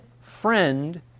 friend